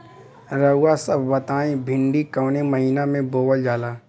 रउआ सभ बताई भिंडी कवने महीना में बोवल जाला?